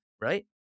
right